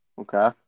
Okay